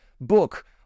book